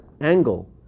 angle